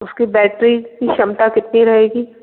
उसकी बैटरी की क्षमता कितनी रहेगी